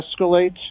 escalate